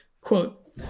Quote